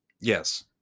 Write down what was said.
Yes